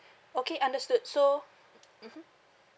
okay understood so mmhmm